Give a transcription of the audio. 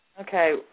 Okay